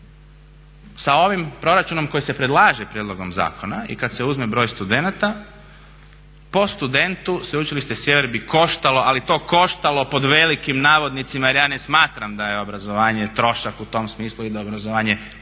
Sa ovim proračunom koji se predlaže prijedlogom zakona i kada se uzme broj studenata po studentu Sveučilište Sjever bi koštalo, ali to koštalo pod velikim navodnicima jer ja ne smatram da je obrazovanje trošak u tom smislu i da obrazovanje